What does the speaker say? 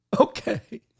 Okay